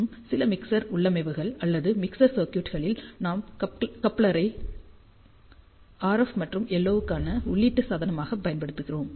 மற்றும் சில மிக்சர் உள்ளமைவுகள் அல்லது மிக்சர் சர்க்யூட்களில் நாம் கப்ளர்களை RF மற்றும் LO க்கான உள்ளீட்டு சாதனமாகப் பயன்படுத்தினோம்